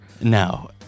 No